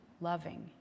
loving